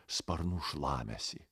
sparnų šlamesį